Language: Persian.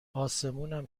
اسمونم